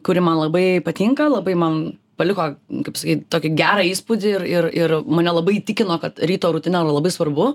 kuri man labai patinka labai man paliko kaip sakyt tokį gerą įspūdį ir ir ir mane labai tikino kad ryto rutina yra labai svarbu